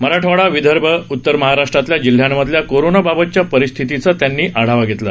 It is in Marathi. मराठवाडा विदर्भ उतर महाराष्ट्रातल्या जिल्ह्यांमधल्या कोरोनाबाबतच्या परिस्थितीचा त्यांनी काल आढावा घेतला